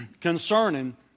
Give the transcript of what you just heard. concerning